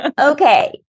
Okay